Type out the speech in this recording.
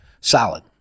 solid